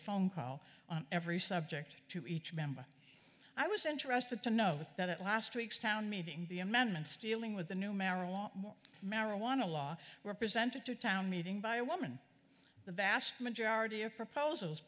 phone call on every subject to each member i was interested to know that at last week's town meeting the amendments dealing with the new marijuana more marijuana law were presented to town meeting by a woman the vast majority of proposals